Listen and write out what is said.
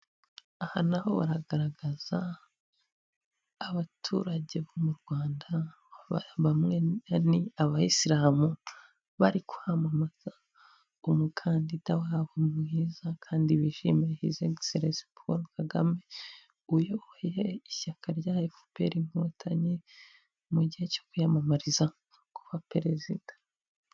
Aha naho baragaragaza abaturage bo mu Rwanda, bamwe ni abayisilamu bari kwamamaza umukandida wabo mwiza kandi bishimiye hizi egiselensi Paul kagame uyoboye ishyaka rya FPR inkotanyi mu gihe cyo kwiyamamariza kuba perezida.